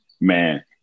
man